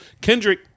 Kendrick